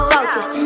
Focus